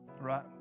right